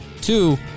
Two